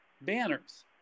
banners